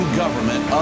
government